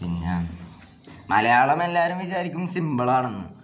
പിന്നെ മലയാളം എല്ലാവരും വിചാരിക്കും സിമ്പിൾ ആണെന്ന്